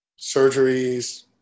Surgeries